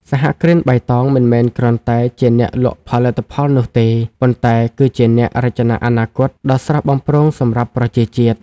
សហគ្រិនបៃតងមិនមែនគ្រាន់តែជាអ្នកលក់ផលិតផលនោះទេ ប៉ុន្តែគឺជាអ្នក "រចនាអនាគត" ដ៏ស្រស់បំព្រងសម្រាប់ប្រជាជាតិ។